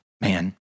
Man